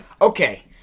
okay